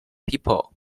people